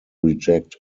reject